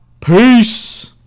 Peace